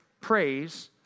praise